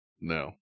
No